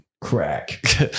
Crack